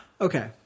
okay